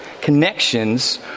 connections